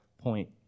point